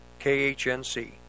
KHNC